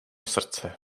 srdce